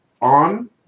on